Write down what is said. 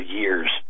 years